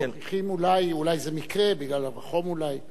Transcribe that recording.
מוכיחים אולי, אולי זה מקרה, בגלל החום אולי, לא.